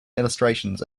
illustrations